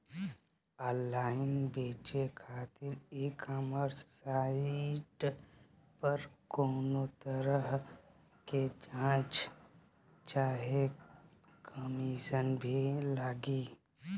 Online बेचे खातिर e commerce site पर कौनोतरह के चार्ज चाहे कमीशन भी लागी?